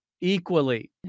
equally